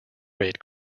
raid